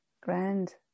Grand